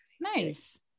nice